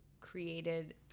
created